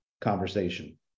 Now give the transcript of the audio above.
conversation